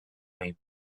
cream